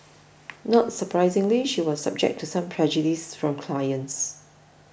not surprisingly she was subject to some prejudice from clients